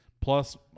Plus